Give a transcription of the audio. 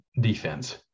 defense